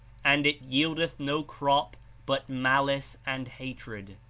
and it yieldeth no crop but malice and hatred.